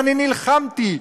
ואני נלחמתי,